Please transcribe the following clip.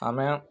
ଆମେ